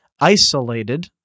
isolated